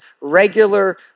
regular